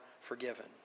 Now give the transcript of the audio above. forgiven